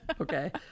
Okay